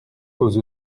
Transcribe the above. pose